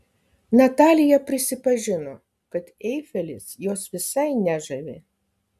natalija prisipažino kad eifelis jos visai nežavi